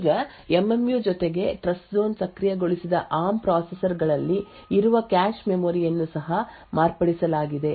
ಈಗ MM U ಜೊತೆಗೆ TrustZone ಸಕ್ರಿಯಗೊಳಿಸಿದ ಆರ್ಮ್ ಪ್ರೊಸೆಸರ್ ಗಳಲ್ಲಿ ಇರುವ ಕ್ಯಾಶ್ ಮೆಮೊರಿ ಯನ್ನು ಸಹ ಮಾರ್ಪಡಿಸಲಾಗಿದೆ